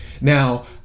now